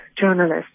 journalists